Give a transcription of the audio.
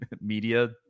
media